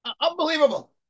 Unbelievable